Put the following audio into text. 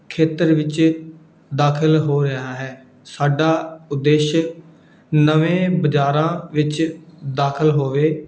ਖੇਤਰ ਵਿੱਚ ਦਾਖਲ ਹੋ ਰਿਹਾ ਹੈ ਸਾਡਾ ਉਦੇਸ਼ ਨਵੇਂ ਬਾਜ਼ਾਰਾਂ ਵਿੱਚ ਦਾਖਲ ਹੋਵੋ